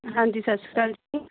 ਹਾਂਜੀ ਸਤਿ ਸ਼੍ਰੀ ਅਕਾਲ ਜੀ